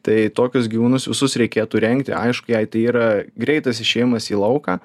tai tokius gyvūnus visus reikėtų rengti aišku jei tai yra greitas išėjimas į lauką